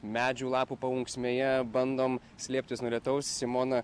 medžių lapų paunksmėje bandom slėptis nuo lietaus simona